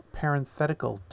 parenthetical